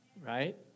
Right